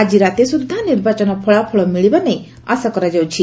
ଆଜି ରାତି ସୁଦ୍ଧା ର୍ନିବାଚନ ଫଳାଫଳ ମିଳିବା ନେଇ ଆଶା କରାଯାଉଛି